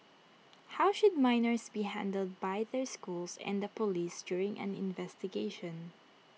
how should minors be handled by their schools and the Police during an investigation